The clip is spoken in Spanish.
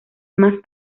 más